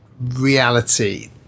reality